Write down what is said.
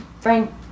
Frank